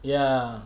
ya